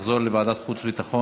לוועדת החוץ והביטחון